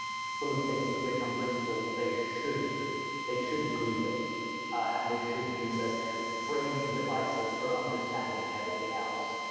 full of things with which on principle, they should they should agree with and they should use as kind of framing devices for understanding everything else.